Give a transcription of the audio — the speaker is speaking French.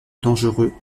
dangereux